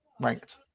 ranked